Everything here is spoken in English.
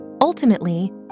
Ultimately